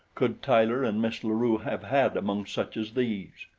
could tyler and miss la rue have had among such as these?